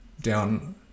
down